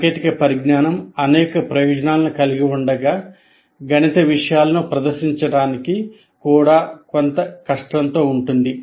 సాంకేతిక పరిజ్ఞానం అనేక ప్రయోజనాలను కలిగి ఉండగా గణిత విషయాలను ప్రదర్శించడానికి కూడా కొంత కష్టంతో ఉంటుంది